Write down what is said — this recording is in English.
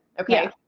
Okay